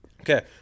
Okay